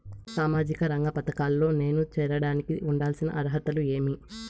సామాజిక రంగ పథకాల్లో నేను చేరడానికి ఉండాల్సిన అర్హతలు ఏమి?